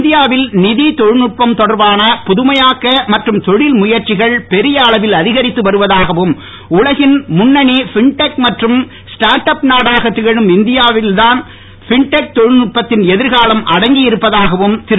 இந்தியாவில் நிதி தொழில் நுட்பம் தொடர்பான புதுமையாக்க மற்றும் தொழில் முயற்சிகள் பெரிய அளவில் அதிகரித்து வருவதாகவும் உலகின் முன்னணி ஃபின்டெக் மற்றும் ஸ்டார்ட்அப் நாடாக திகழும் இந்தியாவில் தான் ஃபின்டெக் தொழில் நுட்பத்தின் எதிர்காலம் அடங்கி இருப்பதாகவும் திரு